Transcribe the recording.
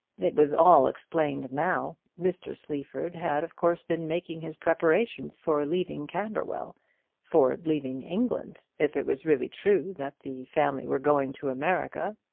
it was all explained now. mr sleaford had of course been making his preparations for leaving camberwell for leaving england if it was really true that the family were going to america.